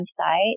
website